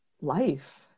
life